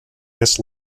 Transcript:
miss